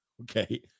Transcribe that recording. Okay